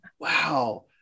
Wow